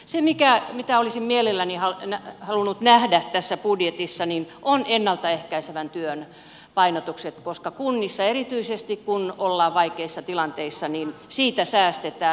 se mitä olisin mielelläni halunnut nähdä tässä budjetissa on ennalta ehkäisevän työn painotukset koska kunnissa erityisesti kun ollaan vaikeissa tilanteissa siitä säästetään